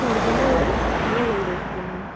உங்களுக்கு என்ன ஊர் எங்கே இருந்து வந்து இருக்கிங்க